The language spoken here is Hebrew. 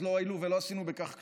אז לא הועילו, ולא עשינו בכך כלום.